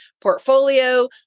portfolio